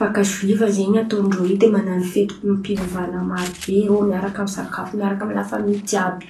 paka zoiva zen̈y ataon-drô io de manan̈o feti-pivavahana maro be rô miaraka amy sakafo miaraka amy la famỳ jiàby.